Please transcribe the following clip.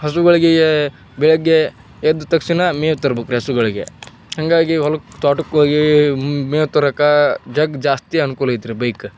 ಹಸುಗಳಿಗೆ ಬೆಳಗ್ಗೆ ಎದ್ದ ತಕ್ಷಣ ಮೇವು ತರಬೇಕ್ರಿ ಹಸುಗಳಿಗೆ ಹಾಗಾಗಿ ಹೊಲುಕ್ಕೆ ತೋಟುಕ್ಕೆ ಹೋಗಿ ಮೇವು ತರಕ್ಕೆ ಜಗ್ ಜಾಸ್ತಿ ಅನುಕೂಲ ಐತ್ರಿ ಬೈಕ್